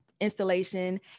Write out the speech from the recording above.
Installation